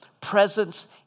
presence